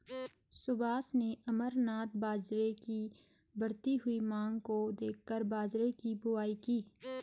सुभाष ने अमरनाथ बाजरे की बढ़ती हुई मांग को देखकर बाजरे की बुवाई की